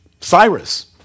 Cyrus